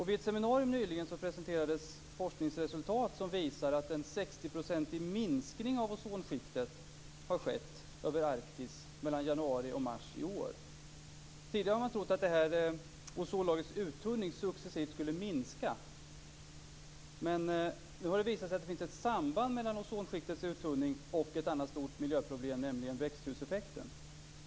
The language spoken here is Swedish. Vid ett seminarium nyligen presenterades forskningsresultat som visar att en 60-procentig minskning av ozonskiktet över Arktis har skett mellan januari och mars i år. Tidigare har man trott att ozonlagrets uttunning successivt skulle minska, men nu har det visat sig att det finns ett samband mellan ozonskiktets uttunning och ett annat stort miljöproblem, nämligen växthuseffekten.